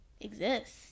exist